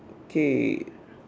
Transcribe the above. okay